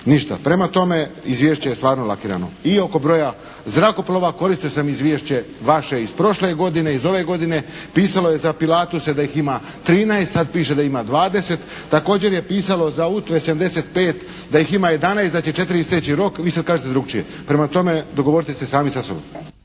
ništa. Prema tome izvješće je stvarno lakirano. I oko broja zrakoplova koristio sam izvješće vaše iz prošle godine, iz ove godine. Pisalo je za «pilatuse» da ih ima 13. Sad piše da ih ima 20. Također je pisalo za «… /Govornik se ne razumije./ … 75» da ih ima 11. Da će 4 isteći rok. Vi sad kažete drukčije. Prema tome dogovorite se sami sa sobom.